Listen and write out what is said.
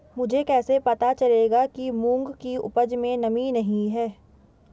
मुझे कैसे पता चलेगा कि मूंग की उपज में नमी नहीं है?